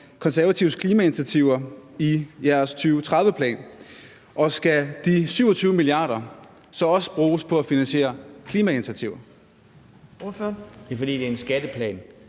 Konservatives klimainitiativer i jeres 2030-plan? Skal de 27 mia. kr. så også bruges på at finansiere klimainitiativer? Kl. 15:17 Anden næstformand